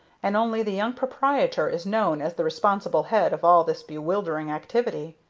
and only the young proprietor is known as the responsible head of all this bewildering activity.